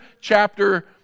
chapter